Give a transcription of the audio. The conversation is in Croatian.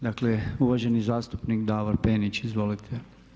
Dakle, uvaženi zastupnik Davor Penić, izvolite.